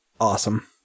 awesome